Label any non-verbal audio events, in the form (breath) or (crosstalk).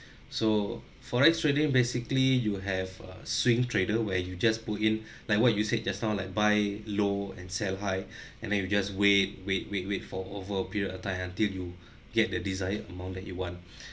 so forex trading basically you have a swing trader where you just put in (breath) like what you said just now like buy low and sell high (breath) and then you just wait wait wait wait for over a period of time until (breath) you get the desired amount that you want (breath)